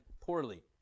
poorly